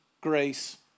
grace